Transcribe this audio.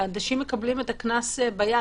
אנשים מקבלים את הקנס ביד,